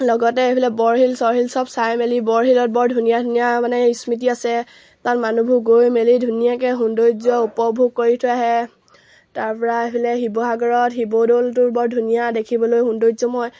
লগতে এইফালে বৰশিল চৰশিল সব চাই মেলি বৰশিলত বৰ ধুনীয়া ধুনীয়া মানে স্মৃতি আছে তাত মানুহবোৰ গৈ মেলি ধুনীয়াকৈ সৌন্দৰ্য উপভোগ কৰি থৈ আহে তাৰপৰা এইফালে শিৱসাগৰত শিৱদৌলটো বৰ ধুনীয়া দেখিবলৈ সৌন্দৰ্যময়